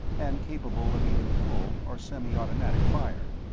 and capable of either full or semi-automatic fire.